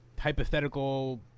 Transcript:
hypothetical